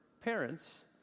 parents